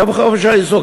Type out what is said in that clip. איפה חופש העיסוק?